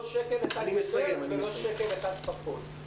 לא שקל אחד יותר ולא שקל אחד פחות.